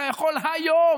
אתה יכול היום,